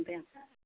दे